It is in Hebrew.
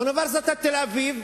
אוניברסיטת תל-אביב,